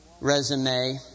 resume